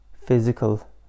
physical